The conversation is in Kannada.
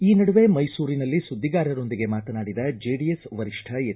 ಈ ನಡುವೆ ಮೈಸೂರಿನಲ್ಲಿ ಸುದ್ದಿಗಾರರೊಂದಿಗೆ ಮಾತನಾಡಿದ ಜೆಡಿಎಸ್ ವರಿಷ್ಠ ಎಚ್